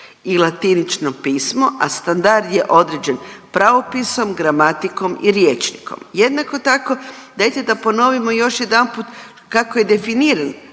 i latinično pismo, a standard je određen pravopisom, gramatikom i rječnikom. Jednako tako dajte da ponovimo još jedanput kako je definiran